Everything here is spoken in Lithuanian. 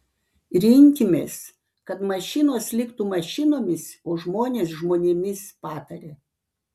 rinkimės kad mašinos liktų mašinomis o žmonės žmonėmis pataria